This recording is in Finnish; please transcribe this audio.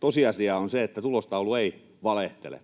tosiasia on se, että tulostaulu ei valehtele.